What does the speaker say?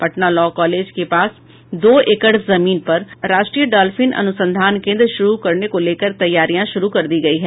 Patna law college के पास दो एकड़ जमीन पर राष्ट्रीय डाल्फिन अनुसंधान केन्द्र शुरू करने को लेकर तैयारियां शुरू कर दी गयी है